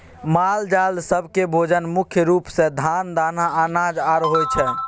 मालजाल सब केँ भोजन मुख्य रूप सँ घास, दाना, अनाज आर होइ छै